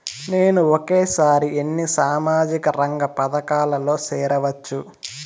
నేను ఒకేసారి ఎన్ని సామాజిక రంగ పథకాలలో సేరవచ్చు?